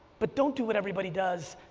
but don't do what everybody does,